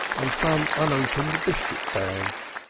and some unopened biscuit bags.